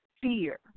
fear